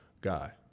guy